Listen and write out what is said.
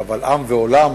קבל עם ועולם,